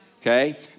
okay